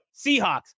Seahawks